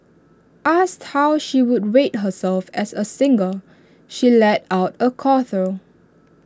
asked how she would rate herself as A singer she lets out A chortle